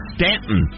Stanton